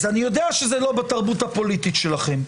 אני יודע שזה לא בתרבות הפוליטית שלכם,